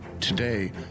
Today